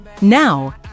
now